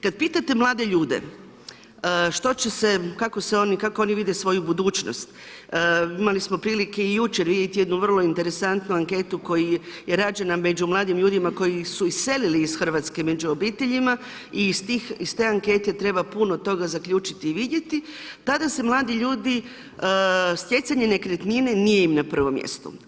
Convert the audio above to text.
Kada pitate mlade ljude što će se kako oni vide svoju budućnost, imali smo prilike i jučer vidjeti jednu vrlo interesantnu anketu koja je rađena među mladim ljudima koji su iselili iz Hrvatske među obiteljima i iz te ankete treba puno toga zaključiti i vidjeti, tada se mladi ljudi stjecanje nekretnine nije im na prvom mjestu.